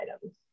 items